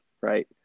right